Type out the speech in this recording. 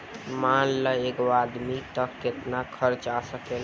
मान ल एगो आदमी आपन घर बनाइ त केतना खर्च आ सकेला